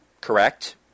correct